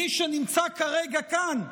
מי שנמצא כרגע כאן,